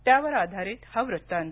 त्यावर आधारित हा वृत्तांत